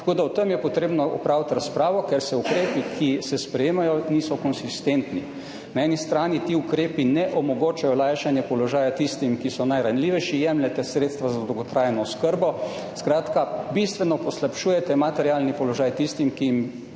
avgusta. O tem je potrebno opraviti razpravo, ker ukrepi, ki se sprejemajo, niso konsistentni. Na eni strani ti ukrepi ne omogočajo lajšanje položaja tistim, ki so najranljivejši, jemljete sredstva za dolgotrajno oskrbo, skratka, bistveno poslabšujete materialni položaj tistim, ki bi